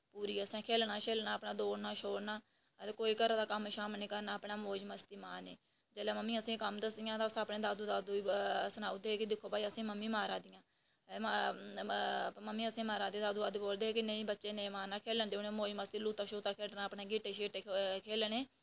पूरी असें खेल्लना ते दौड़ना ते कोई घरै दा कम्म निं करना बस मौज़ मस्ती मारनी ते जेल्लै मम्मी असलेंगी कम्म दस्सदियां हियां ते अस दादी दादू गी सनाई ओड़दे हे की ओह् भई मम्मी असेंगी मारा दियां ते म्मी असेंगी मारा दियां ते नेईं बच्चें गी नेईं मारना करन देओ इनेंगी मौज़ मस्ती लूत्ता खेढ़ना ते गीह्टे खेढ़ने